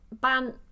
Ban